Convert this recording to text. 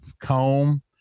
comb